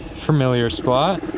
familiar spot.